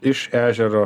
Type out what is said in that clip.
iš ežero